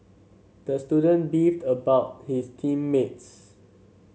the student beefed about his team mates